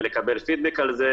ולקבל פיד-בק על זה.